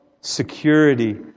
security